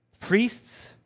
priests